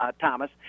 Thomas